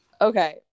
Okay